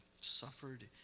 suffered